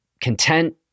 content